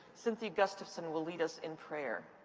cynthia gustavson, will lead us in prayer.